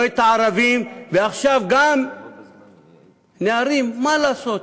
לא את הערבים, ועכשיו גם נערים, מה לעשות,